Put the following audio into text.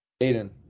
Aiden